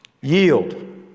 Yield